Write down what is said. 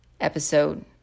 episode